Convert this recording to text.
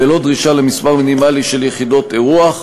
בלא דרישה למספר מינימלי של יחידות האירוח.